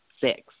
six